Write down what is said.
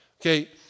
Okay